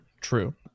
True